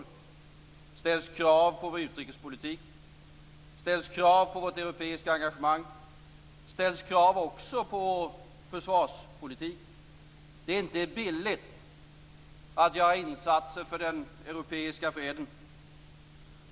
Det ställs krav på vår utrikespolitik, det ställs krav på vårt europeiska engagemang, och det ställs också krav på försvarspolitiken. Det är inte billigt att göra insatser för den europeiska freden.